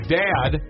dad